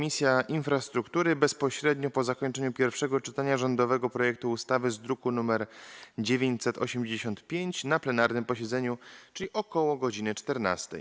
Infrastruktury - bezpośrednio po zakończeniu pierwszego czytania rządowego projektu ustawy z druku nr 985 na plenarnym posiedzeniu, czyli ok. godz. 14.